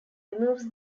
removes